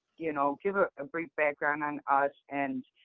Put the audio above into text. you know, give a ah brief background on us and,